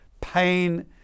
pain